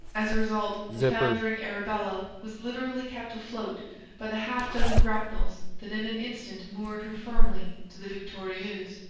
as a result, the foundering arabella was literally kept afloat by the half-dozen grapnels that in an instant moored her firmly to the victorieuse.